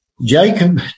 Jacob